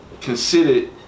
considered